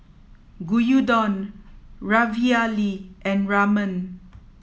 Gyudon Ravioli and Ramen